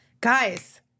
Guys